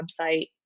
website